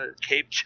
Cape